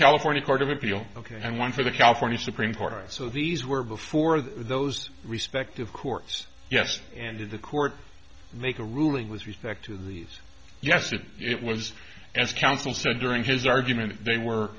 appeal ok and one for the california supreme court so these were before those respective courts yes and in the court make a ruling with respect to these yes if it was as counsel said during his argument they were